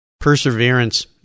perseverance